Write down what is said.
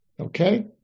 Okay